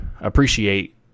appreciate